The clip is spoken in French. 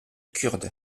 kurde